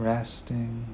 Resting